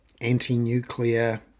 Anti-Nuclear